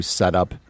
setup